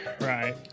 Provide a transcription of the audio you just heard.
Right